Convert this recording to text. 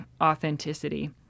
authenticity